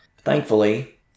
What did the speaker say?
Thankfully